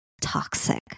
toxic